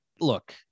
look